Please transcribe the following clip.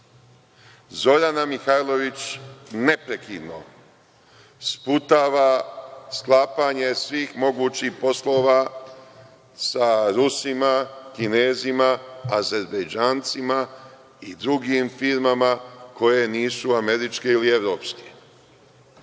Zorana Mihajlović neprekidno sputava sklapanje svih mogućih poslova sa Rusima, Kinezima, Azerbejdžancima i drugim firmama koje nisu američke ili evropske. Problem